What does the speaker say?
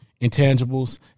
intangibles